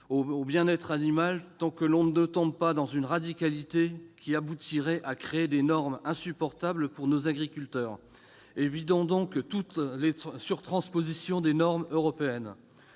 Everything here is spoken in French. au bien-être animal, tant que l'on ne tombe pas dans une radicalité qui aboutirait à créer des normes insupportables pour nos agriculteurs. Très bien ! C'est très vrai ! Évitons donc toute surtransposition de normes européennes.